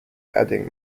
adding